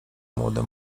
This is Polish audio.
młody